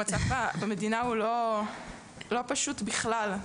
המצב במדינה הוא לא פשוט בכלל,